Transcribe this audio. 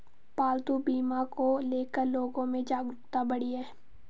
पालतू बीमा को ले कर लोगो में जागरूकता बढ़ी है